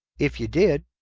if you did,